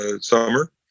summer